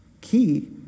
Key